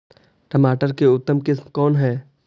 टमाटर के उतम किस्म कौन है?